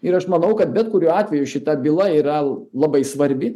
ir aš manau kad bet kuriuo atveju šita byla yra labai svarbi